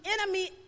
enemy